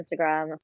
instagram